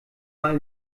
mal